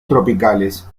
tropicales